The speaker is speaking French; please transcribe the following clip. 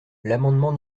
l’amendement